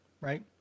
right